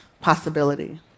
possibility